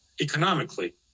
economically